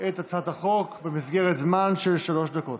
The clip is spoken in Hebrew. את הצעת החוק במסגרת זמן של שלוש דקות.